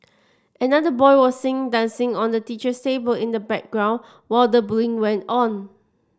another boy was seen dancing on the teacher's table in the background while the bullying went on